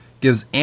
gives